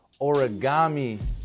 origami